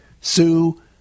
Sue